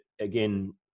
again